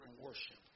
worship